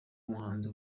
umuhanzi